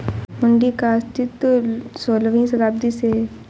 हुंडी का अस्तित्व सोलहवीं शताब्दी से है